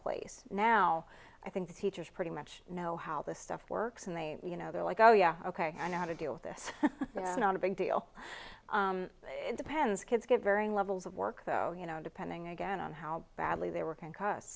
place now i think the teachers pretty much know how this stuff works and they you know they're like oh yeah ok i know how to do this not a big deal it depends kids get varying levels of work though you know depending again on how badly they were concuss